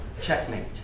checkmate